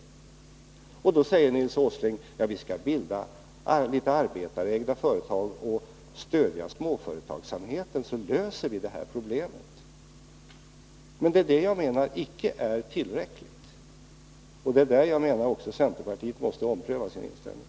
Nu säger Nils Åsling att vi skall bilda en del arbetarägda företag och stödja småföretagsamheten samt därmed lösa problemen. Men det är enligt min mening inte tillräckligt. På den punkten måste centerpartiet ompröva sin inställning.